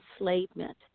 enslavement